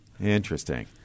Interesting